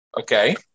Okay